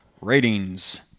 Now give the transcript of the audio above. Ratings